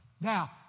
Now